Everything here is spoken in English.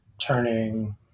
turning